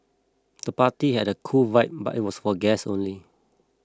the party had a cool vibe but it was for guests only